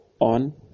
On